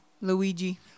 Luigi